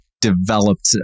developed